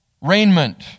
raiment